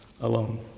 alone